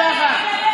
תתביישו לכם.